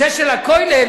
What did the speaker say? זה של הכולל,